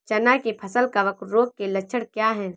चना की फसल कवक रोग के लक्षण क्या है?